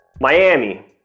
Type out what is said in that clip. Miami